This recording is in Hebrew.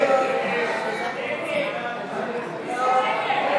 ההצעה להעביר את הצעת חוק הדיור הציבורי (זכויות רכישה)